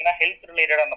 health-related